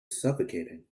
suffocating